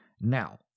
Now